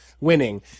winning